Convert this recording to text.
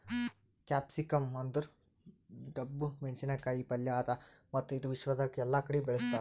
capsicum ಅಂದುರ್ ಡಬ್ಬು ಮೆಣಸಿನ ಕಾಯಿ ಪಲ್ಯ ಅದಾ ಮತ್ತ ಇದು ವಿಶ್ವದಾಗ್ ಎಲ್ಲಾ ಕಡಿ ಬೆಳುಸ್ತಾರ್